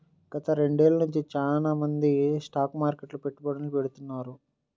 గత రెండేళ్ళ నుంచి చానా మంది స్టాక్ మార్కెట్లో పెట్టుబడుల్ని పెడతాన్నారు